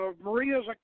Maria's